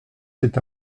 cet